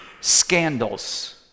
scandals